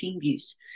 views